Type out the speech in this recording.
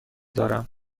دارم